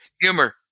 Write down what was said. humor